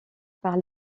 par